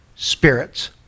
spirits